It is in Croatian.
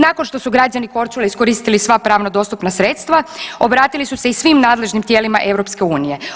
Nakon što su građani Korčule iskoristili sva pravno dostupna sredstava obratili su se i svim nadležnim tijelima EU.